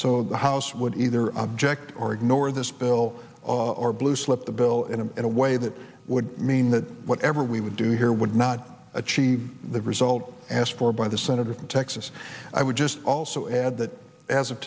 so the house would either object or ignore this bill or blue slip the bill in a in a way that would mean that whatever we would do here would not achieve the result asked for by the senator from texas i would just also add that as of